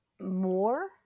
more